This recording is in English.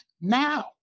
now